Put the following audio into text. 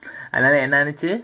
அதனாலxஎன்னாச்சு:adhanaala ennaachu